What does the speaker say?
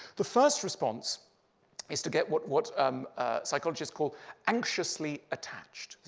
the first response is to get what what um psychologists call anxiously attached.